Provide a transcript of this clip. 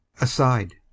aside